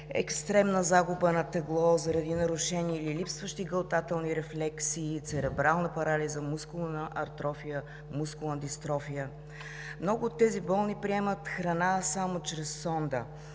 екстремна загуба на тегло заради нарушение или липсващи гълтателни рефлекси, церебрална парализа, мускулна атрофия, мускулна дистрофия. Много от тези болни приемат храна само чрез сонда.